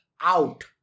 out